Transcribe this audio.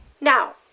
Now